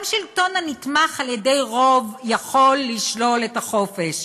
גם שלטון הנתמך על-ידי רוב יכול לשלול את החופש.